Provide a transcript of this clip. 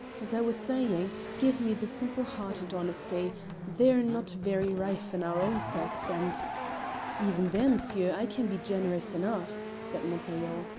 as i was saying, give me the simple heart and honesty they're not very rife in our own sex, and even there, monsieur, i can be generous enough, said montaiglon.